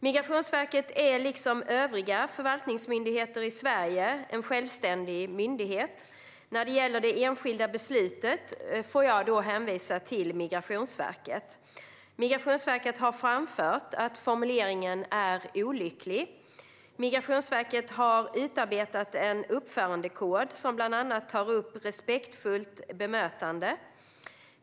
Migrationsverket är liksom övriga förvaltningsmyndigheter i Sverige en självständig myndighet. När det gäller det enskilda beslutet får jag hänvisa till Migrationsverket. Migrationsverket har framfört att formuleringen är olycklig. Migrationsverket har utarbetat en uppförandekod som bland annat tar upp respektfullt bemötande.